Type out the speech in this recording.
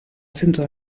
centre